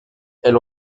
elle